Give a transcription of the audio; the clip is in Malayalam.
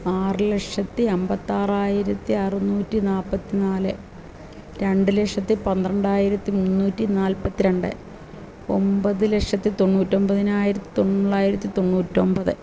ആറു ലക്ഷത്തി അമ്പത്താറായിരത്തി അറുനൂറ്റി നാല്പത്തി നാല് രണ്ടു ലക്ഷത്തി പന്ത്രണ്ടായിരത്തി മുന്നൂറ്റി നാൽപ്പത്തിരണ്ട് ഒമ്പത് ലക്ഷത്തി തൊണ്ണൂറ്റൊമ്പതിനായിരത്തിത്തൊള്ളായിരത്തി ത്തൊണ്ണൂറ്റി ഒന്പത്